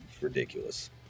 ridiculous